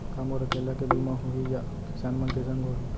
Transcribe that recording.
का मोर अकेल्ला के बीमा होही या अऊ किसान मन के संग होही?